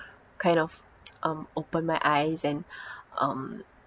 kind of um open my eyes and um